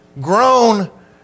grown